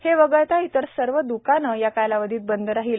हे वगळता इतर सर्व द्काने या कालावधीत बंद राहतील